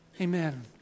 Amen